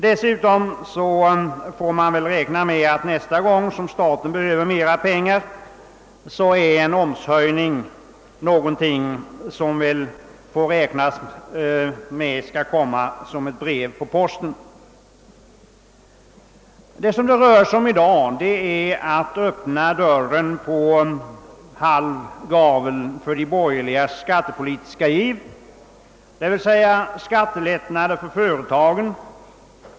Dessutom får man räkna med att en omshöjning skall komma som ett brev på posten nästa gång staten behöver mera pengar. Vad det i dag gäller är att till hälften öppna dörren för de borgerligas skattepolitiska giv genom att besluta om skattelättnader för företagen.